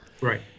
Right